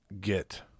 get